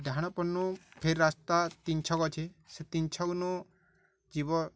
ଡାହାଣ ପଡ଼ନୁ ଫେର ରାସ୍ତା ତିନି ଛକ ଅଛେ ସେ ତିନି ଛକନୁ ଯିବ